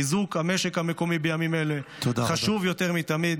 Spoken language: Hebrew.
חיזוק המשק המקומי בימים אלה חשוב יותר מתמיד,